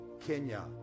kenya